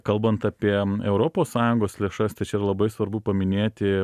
kalbant apie europos sąjungos lėšas tai čia yra labai svarbu paminėti